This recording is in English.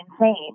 insane